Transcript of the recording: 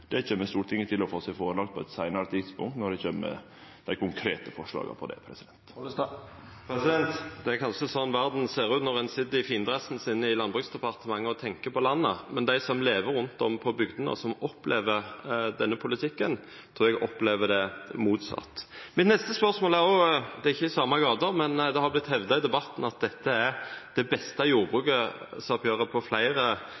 Det kjem Stortinget til å få lagt fram for seg på eit seinare tidspunkt, når dei konkrete forslaga om det kjem. Det er kanskje slik verda ser ut når ein sit i findressen sin i Landbruksdepartementet og tenkjer på landet, men dei som lever rundt om på bygdene og som opplever denne politikken, trur eg opplever det motsett. Mitt neste spørsmål er ikkje i same gate, men det har vorte hevda i debatten at dette er det beste jordbruksoppgjeret på fleire